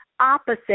opposite